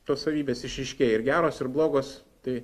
tos savybės išryškėja ir geros ir blogos tai